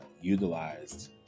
utilized